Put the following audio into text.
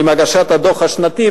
עם הגשת הדוח השנתי,